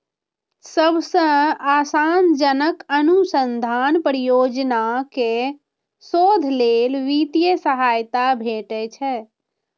सबसं आशाजनक अनुसंधान परियोजना कें शोध लेल वित्तीय सहायता भेटै छै